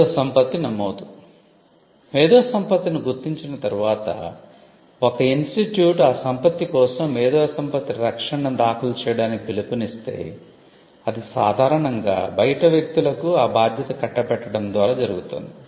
మేధోసంపత్తి నమోదు మేధోసంపత్తిని గుర్తించిన తర్వాత ఒక ఇన్స్టిట్యూట్ ఆ సంపత్తి కోసం మేధో సంపత్తి రక్షణను దాఖలు చేయడానికి పిలుపునిస్తే అది సాధారణంగా బయట వ్యక్తులకు ఆ బాధ్యత కట్టబెట్టడం ద్వారా జరుగుతుంది